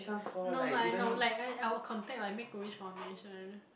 no no I no like I I will contact like make a wish foundation